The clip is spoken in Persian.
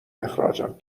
اخراجم